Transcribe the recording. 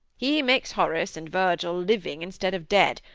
he makes horace and virgil living, instead of dead,